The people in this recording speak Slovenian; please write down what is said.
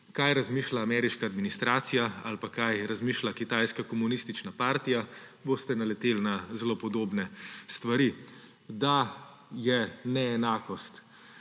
kaj razmišlja ameriška administracija ali pa kaj razmišlja kitajska komunistična partija, boste naleteli na zelo podobne stvari –, da je neenakost